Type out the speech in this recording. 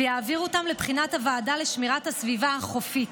ויעביר אותן לבחינת הוועדה לשמירת הסביבה החופית,